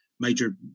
major